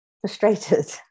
frustrated